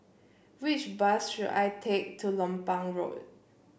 which bus should I take to Lompang Road